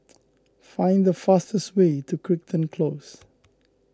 find the fastest way to Crichton Close